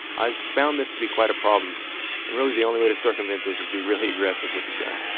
i've found this to be quite a problem and really the only way to circumvent this is be really aggressive with the gun.